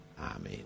Amen